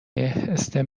stem